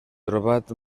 trobat